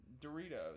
Doritos